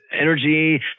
energy